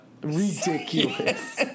Ridiculous